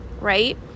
right